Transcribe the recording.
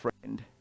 friend